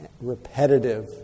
repetitive